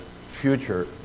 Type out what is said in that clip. future